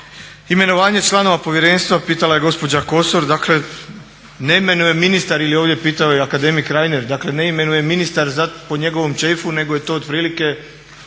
Imenovanje članova povjerenstva, pitala je gospođa Kosor, dakle ne imenuje ministar, ili ovdje je pitao i akademik Reiner, ne imenuje ministar po njegovom ćefu nego je to otprilike